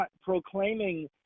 proclaiming